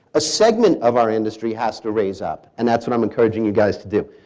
a segment of our industry has to raise up, and that's what i'm encouraging you guys to do.